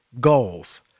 goals